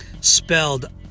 Spelled